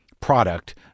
product